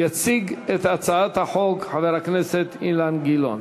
יציג את הצעת החוק חבר הכנסת אילן גילאון.